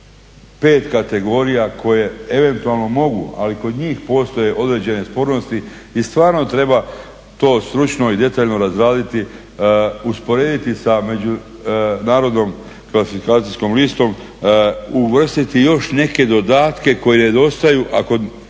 pet kategorija koje eventualno mogu, ali kod njih postoje određene spornosti i stvarno treba to stručno i detaljno razraditi, usporediti sa međunarodnom klasifikacijskom listom uvrstiti još neke dodatke koji nedostaju ako